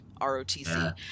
ROTC